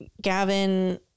Gavin